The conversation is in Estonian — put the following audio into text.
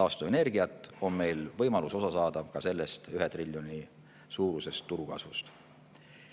taastuvenergiat, on meil võimalus osa saada ka sellest ühe triljoni suurusest turu kasvust.